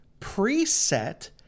preset